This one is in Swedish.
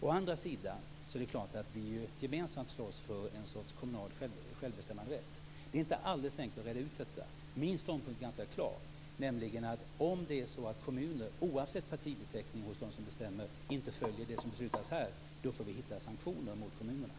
Å andra sidan är det klart att vi gemensamt slåss för en sorts kommunal självbestämmanderätt. Det är inte alldeles enkelt att reda ut detta. Min ståndpunkt är ganska klar, nämligen att om kommuner, oavsett partibeteckning hos dem som bestämmer, inte följer det som beslutas här får vi hitta sanktioner mot kommunerna.